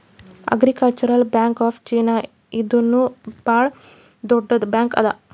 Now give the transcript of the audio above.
agricultural bank of China ಇದೂನು ಭಾಳ್ ದೊಡ್ಡುದ್ ಬ್ಯಾಂಕ್ ಅದಾ